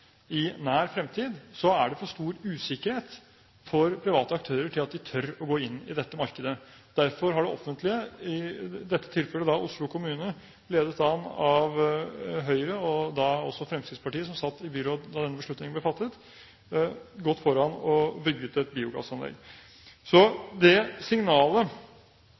er det for stor usikkerhet for private aktører til at de tør å gå inn i dette markedet. Derfor har det offentlige – i dette tilfellet Oslo kommune, ledet an av Høyre og også Fremskrittspartiet som satt i byrådet da denne beslutningen ble fattet – gått foran og bygget et biogassanlegg. Så det signalet